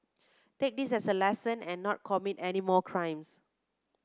take this as a lesson and not commit any more crimes